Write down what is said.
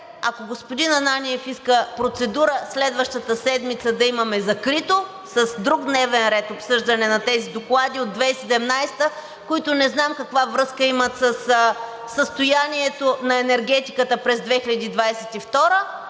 Ако господин Ананиев иска процедура следващата седмица да имаме закрито, с друг дневен ред – обсъждане на тези доклади от 2017 г., които не знам каква връзка имат със състоянието на енергетиката през 2022